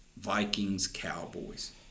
Vikings-Cowboys